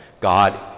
God